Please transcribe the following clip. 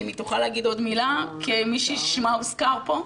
אם היא תוכל להגיד מילה כמי ששמה הוזכר פה,